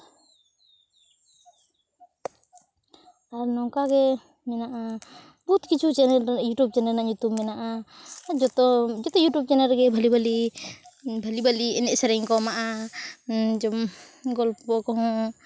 ᱟᱨ ᱱᱚᱝᱠᱟ ᱜᱮ ᱢᱮᱱᱟᱜᱼᱟ ᱵᱚᱦᱩᱛ ᱠᱤᱪᱷᱩ ᱪᱮᱱᱮᱞ ᱤᱭᱩᱴᱩᱵᱽ ᱪᱮᱱᱮᱞ ᱨᱮᱜᱮ ᱧᱩᱛᱩᱢ ᱢᱮᱱᱟᱜᱼᱟ ᱡᱚᱛᱚ ᱡᱚᱛᱚ ᱤᱭᱩᱴᱤᱵᱽ ᱪᱮᱱᱮᱞ ᱨᱮᱜᱮ ᱵᱷᱟᱞᱮ ᱵᱷᱟᱞᱮ ᱵᱷᱟᱞᱮ ᱵᱷᱟᱞᱮ ᱮᱱᱮᱡ ᱥᱮᱨᱮᱧ ᱠᱚ ᱮᱢᱟᱜᱼᱟ ᱡᱮᱢᱚᱱ ᱜᱚᱞᱯᱚ ᱠᱚᱦᱚᱸ